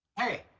hey.